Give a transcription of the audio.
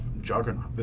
juggernaut